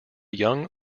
young